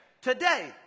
Today